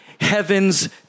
heaven's